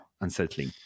unsettling